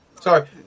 Sorry